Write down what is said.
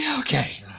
yeah okay.